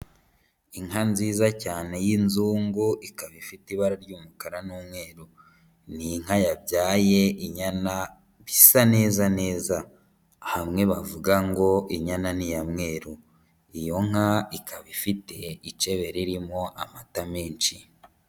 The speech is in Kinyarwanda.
Inka nziza cyane y'inzungu, ikaba ifite ibara ry'umukara n'umweru. Ni inka yabyaye inyana bisa neza neza. Hamwe bavuga ngo inyana ni iya mweru. Iyo nka ikaba ifite icebe ririmo amata menshi.